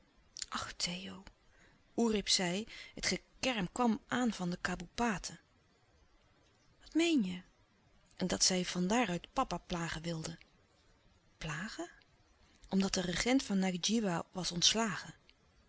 ach theo oerip zei het gekerm kwam aan van de kaboepaten wat meen je en dat zij van daar uit papa plagen wilden plagen omdat de regent van ngadjiwa was ontslagen